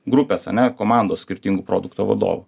grupės ane komandos skirtingų produktų vadovų